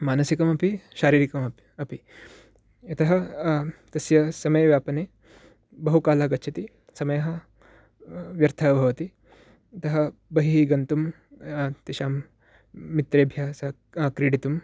मानसिकमपि शारीरकमपि अपि यतः तस्य समययापने बहुकालः गच्छति समयः व्यर्थः भवति अतः बहिः गन्तुम् तेषां मित्रेभ्यः साकं क्रीडितुम्